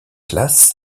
classes